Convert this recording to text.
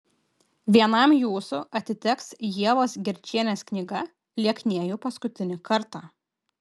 vienam jūsų atiteks ievos gerčienės knyga lieknėju paskutinį kartą